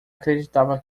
acreditava